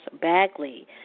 Bagley